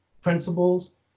principles